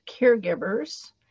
Caregivers